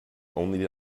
only